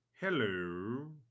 Hello